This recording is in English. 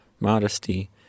modesty